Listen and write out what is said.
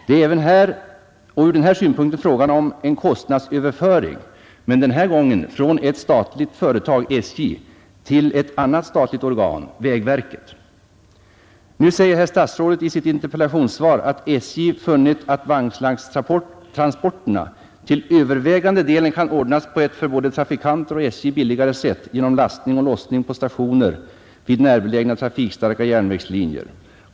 Det är även här fråga om en kostnadsöverföring, men denna gång från ett statligt företag, SJ, till ett annat statligt organ, vägverket. Herr kommunikationsministern säger i sitt interpelltionssvar att SJ funnit att landsvägstransporterna till övervägande delen kan ordnas på ett för både trafikanter och SJ billigare sätt genom lastning och lossning på stationerna vid närbelägna trafikstarka järnvägslinjer.